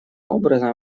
образом